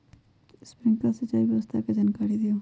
Sprinkler सिंचाई व्यवस्था के जाकारी दिऔ?